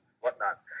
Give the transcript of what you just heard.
whatnot